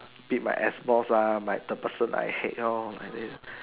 beat my ex boss ah my third person I hate lor and then